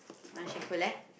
now shuffle eh